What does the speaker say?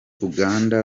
uruganda